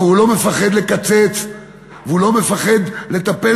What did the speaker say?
אבל הוא לא מפחד לקצץ והוא לא מפחד לטפל